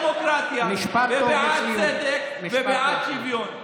ובעד דמוקרטיה ובעד צדק ובעד שוויון.